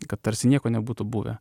kad tarsi nieko nebūtų buvę